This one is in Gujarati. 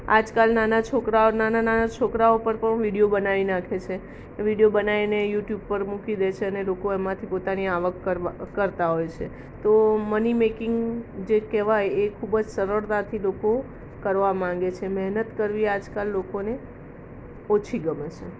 આજકાલ નાના છોકરાઓ નાના નાના છોકરાઓ પર પણ વિડીયો બનાવી નાખે છે એ વિડીયો બનાવીને યુટ્યુબ પર મૂકી દે છે અને લોકો એમાંથી પોતાની આવક કરતાં હોય છે તો મની મેકિંગ જે કહેવાય એ ખૂબ જ સરળતાથી લોકો કરવા માગે છે મહેનત કરવી આજકાલ લોકોને ઓછી ગમે છે